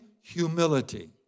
Humility